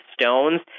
stones